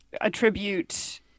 attribute